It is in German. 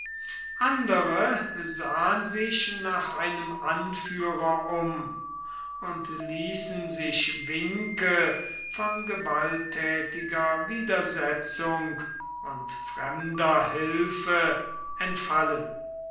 andere sahen sich nach einem anführer um und ließen sich winke von gewaltthätiger widersetzung und fremder hilfe entfallen